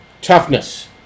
Toughness